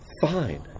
fine